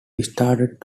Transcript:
started